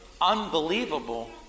unbelievable